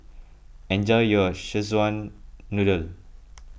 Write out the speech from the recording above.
enjoy your Szechuan Noodle